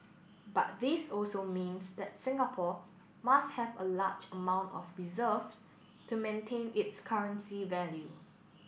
but this also means that Singapore must have a large amount of reserves to maintain its currency value